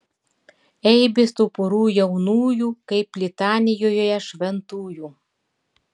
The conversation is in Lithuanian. eibės tų porų jaunųjų kaip litanijoje šventųjų